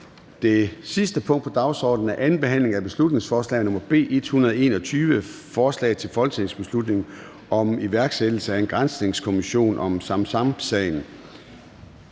Det sidste punkt på dagsordenen er: 54) 2. (sidste) behandling af beslutningsforslag nr. B 121: Forslag til folketingsbeslutning om iværksættelse af en granskningskommission om Samsamsagen.